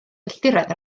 filltiroedd